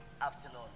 afternoon